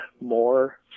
more